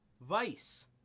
Vice